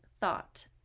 thought